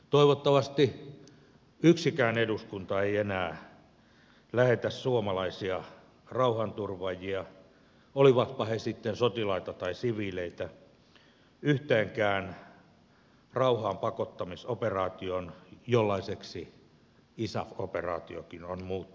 toivottavasti yksikään eduskunta ei enää lähetä suomalaisia rauhanturvaajia olivatpa he sitten sotilaita tai siviileitä yhteenkään rauhaanpakottamisoperaatioon jollaiseksi isaf operaatiokin on muuttunut